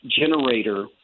generator